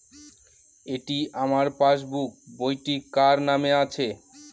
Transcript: এটি আমার পাসবুক বইটি কার নামে আছে?